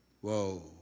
Whoa